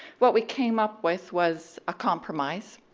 what we came up with was a compromise.